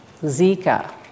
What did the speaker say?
Zika